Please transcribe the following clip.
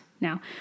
Now